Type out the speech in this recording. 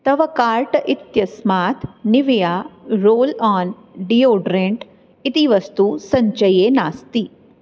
तव कार्ट् इत्यस्मात् Nivea roll on deodorant इति वस्तु सञ्चये नास्ति